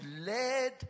led